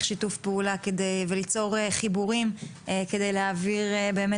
שיתוף פעולה וליצור חיבורים כדי להעביר באמת